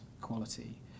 quality